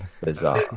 bizarre